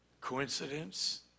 Coincidence